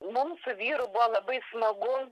mum su vyru buvo labai smagu